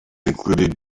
included